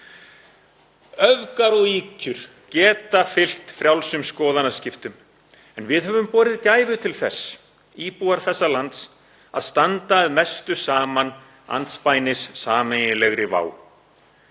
Öfgar og ýkjur geta fylgt frjálsum skoðanaskiptum en við höfum borið gæfu til þess, íbúar þessa lands, að standa að mestu saman andspænis sameiginlegri vá.